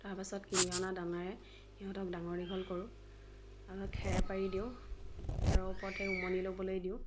তাৰপাছত কিনি অনা দানাৰে সিহঁতক ডাঙৰ দীঘল কৰোঁ তাৰপাছত খেৰ পাৰি দিওঁ খেৰৰ ওপৰত সেই উমনি ল'বলৈ দিওঁ